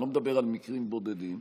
אני לא מדבר על מקרים בודדים,